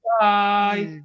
Bye